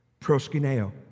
Proskineo